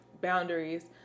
boundaries